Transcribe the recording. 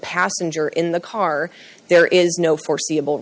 passenger in the car there is no foreseeable